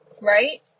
right